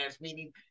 meaning